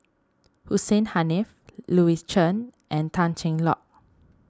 Hussein Haniff Louis Chen and Tan Cheng Lock